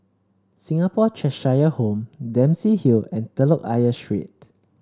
Singapore Cheshire Home Dempsey Hill and Telok Ayer Street